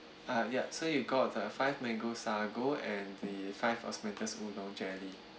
ah ya so you got the five mango sago and the five osmanthus oolong jelly